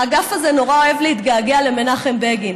האגף הזה נורא אוהב להתגעגע למנחם בגין,